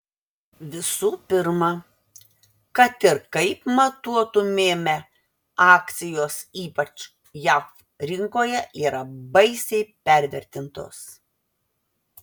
visų pirma kad ir kaip matuotumėme akcijos ypač jav rinkoje yra baisiai pervertintos